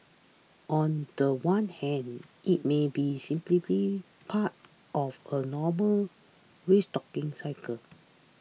on the one hand it may be simply part of a normal restocking cycle